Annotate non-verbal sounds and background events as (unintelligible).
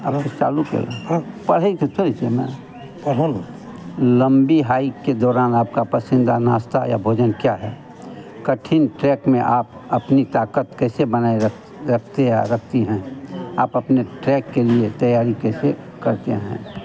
अब (unintelligible) चालू कैर पढे के थोड़े छे अइ म पढ़ल (unintelligible) लंबी हाइक के दौरान आपका पसंदीदा नाश्ता या भोजन क्या है कठिन ट्रैक में आप अपनी ताकत कैसे बनाए रख रखते या रखती हैं आप आपने ट्रैक के लिए तैयारी कैसे करते हैं